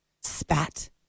spat